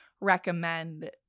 recommend